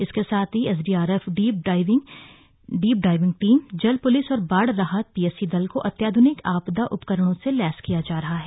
इसके साथ ही एसडीआरएफ डीप डाइविंग टीम जल पुलिस और बाढ़ राहत पीएसी दल को अत्याध्निक आपदा उपकरणों से लैस किया जा रहा है